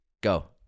Go